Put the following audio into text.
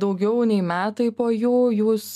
daugiau nei metai po jų jūs